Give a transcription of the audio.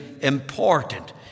important